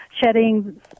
shedding